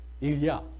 Ilya